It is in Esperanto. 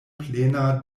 plena